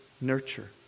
nurture